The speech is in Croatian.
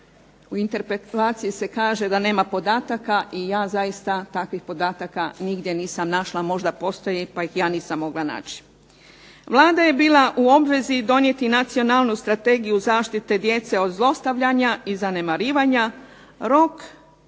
U interpelaciji se kaže da nema podataka i ja zaista takvih podataka nigdje nisam našla, možda postoje pa ih ja nisam mogla naći. Vlada je bila u obvezi donijeti Nacionalnu strategiju zaštite djece od zlostavljanja i zanemarivanja. Rok za